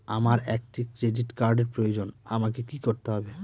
আমার একটি ক্রেডিট কার্ডের প্রয়োজন আমাকে কি করতে হবে?